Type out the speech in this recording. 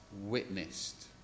witnessed